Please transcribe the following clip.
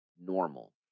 normal